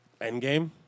endgame